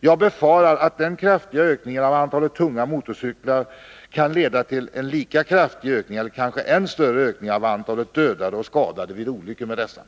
Jag befarar att den kraftiga ökningen av antalet tunga motorcyklar kan leda till en lika kraftig eller kanske än större ökning av antalet dödade och skadade vid olyckor med dessa.